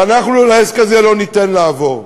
ואנחנו לעסק הזה לא ניתן לעבור.